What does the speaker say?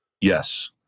Yes